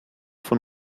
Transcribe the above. von